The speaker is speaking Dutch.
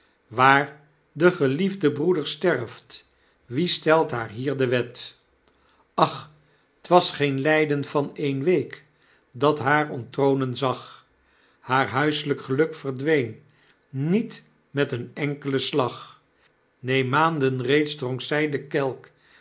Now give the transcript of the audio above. waar de geliefde broeder sterft wie stelt haar hier de wet ach twas geen lijden van e'en week dat haar onttronen zag haar huiseltjk geluk verdween niet met een enklen slag neen maanden reeds dronk ztf den kelk